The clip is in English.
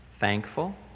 thankful